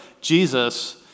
Jesus